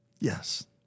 Yes